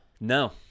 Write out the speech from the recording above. No